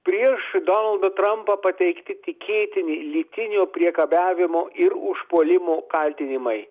prieš donaldą trampą pateikti tikėtini lytinio priekabiavimo ir užpuolimo kaltinimai